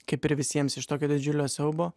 kaip ir visiems iš tokio didžiulio siaubo